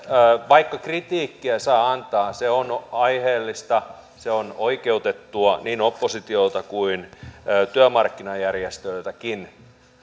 vaikka kritiikkiä saa antaa se on aiheellista se on oikeutettua niin oppositiolta kuin työmarkkinajärjestöiltäkin